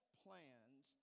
plans